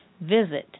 Visit